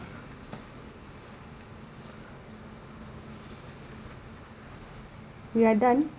we are done